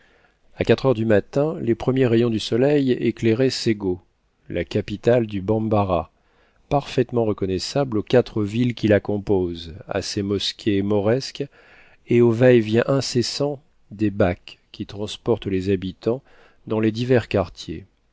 a quatre heures du matin les premiers rayons du soleil éclairaient sego la capitale du bambarra parfaitement reconnaissable aux quatre villes qui la composent à ses mosquées mauresques et au va-et-vient incessant des bacs qui transportent les habitants dans les divers quartiers